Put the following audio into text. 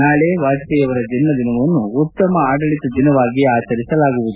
ನಾಳೆ ವಾಜಪೇಯಿ ಅವರ ಜನ್ಮ ದಿನವನ್ನು ಉತ್ತಮ ಆಡಳಿತ ದಿನವಾಗಿ ಆಚರಿಸಲಾಗುವುದು